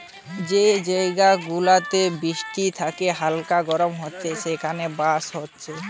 যে জায়গা গুলাতে বৃষ্টির সাথে হালকা গরম হচ্ছে সেখানে বাঁশ হচ্ছে